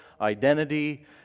identity